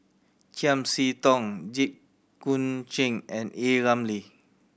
Chiam See Tong Jit Koon Ch'ng and A Ramli